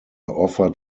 offered